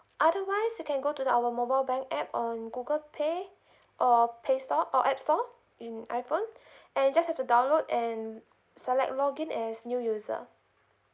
otherwise you can go to the our mobile bank app on google pay or pay store or app store in iphone and you just have to download and select login as new user